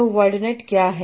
तो वर्डनेट क्या है